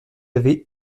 levée